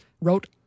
Wrote